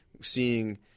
seeing